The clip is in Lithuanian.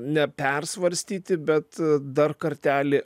nepersvarstyti bet dar kartelį